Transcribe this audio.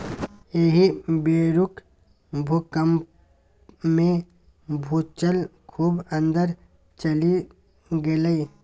एहि बेरुक भूकंपमे भूजल खूब अंदर चलि गेलै